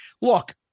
look